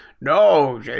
no